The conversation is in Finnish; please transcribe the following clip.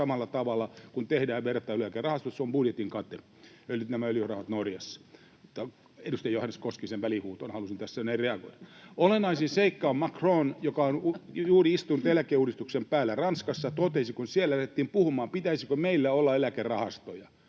samalla tavalla, kun tehdään vertailuja, elikkä se rahasto on budjetin kate, nämä öljyrahat Norjassa. — Edustaja Johannes Koskisen välihuutoon halusin tässä näin reagoida. Olennaisin seikka on Macron, joka on juuri istunut eläkeuudistuksen päällä Ranskassa. Hän totesi, kun siellä lähdettiin puhumaan, pitäisikö heillä olla eläkerahastoja